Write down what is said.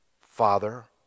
Father